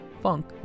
Funk